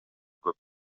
көп